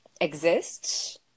exists